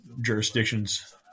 jurisdictions